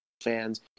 fans